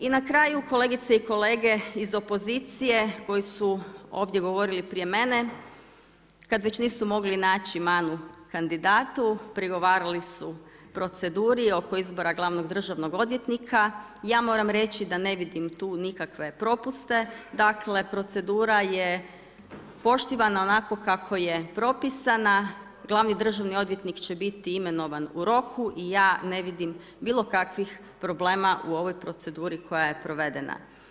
I na kraju kolegice i kolege iz opozicije koji su ovdje govorili prije mene, kad već nisu mogli naći manu kandidatu, prigovarali su proceduri oko izbora glavnog Državnog odvjetnika, ja moram reći da ne vidim tu nikakve propuste, dakle procedura je poštivana onako kako je propisana, glavni državni odvjetnik će biti imenovan u roku i ja ne vidim bilo kakvih problema u ovoj proceduri koja je provedena.